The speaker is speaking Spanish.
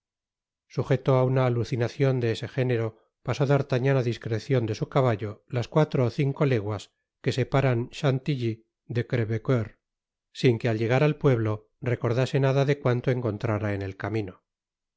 sujeto á una alucinacion de ese género pasó d'artagnan á discrecion de su caballo las cuatro ó cinco leguas que separan chantilly de crevecoeur sin que al llegar al pueblo recordase nada de cuanto encontrára en el camino